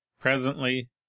Presently